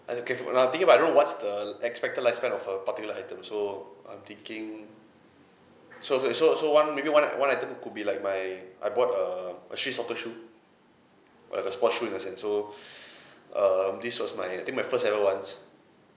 okay for I'm thinking about I don't know what's the expected lifespan of a particular item so I'm thinking so I was like so uh so one maybe one uh one item could be like my I bought um a street soccer shoe uh like sport shoe in that sense so um this was my I think my first ever ones